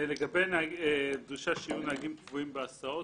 לגבי הדרישה שיהיו נהגים קבועים בהסעות,